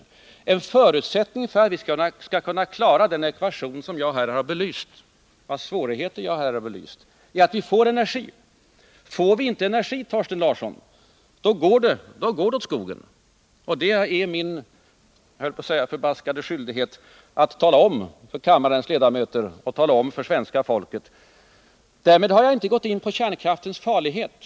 En förutsättning för att vi skall kunna klara den ekvationen vars svårigheter jag här har belyst är att vi får energi. Får vi inte energi, Thorsten Larsson, då går det åt skogen. Och det är min skyldighet att tala om det för kammarens ledamöter och för hela svenska folket. Därmed har jag inte gått in på kärnkraftens farlighet.